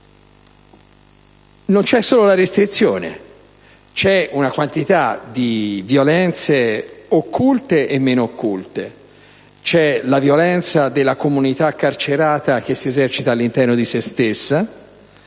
Non c'è solo la restrizione. Ci sono una quantità di violenze occulte e meno occulte; c'è la violenza della comunità incarcerata che si esercita all'interno di se stessa,